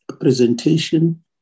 presentation